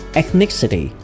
ethnicity